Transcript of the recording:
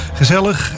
Gezellig